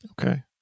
okay